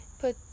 put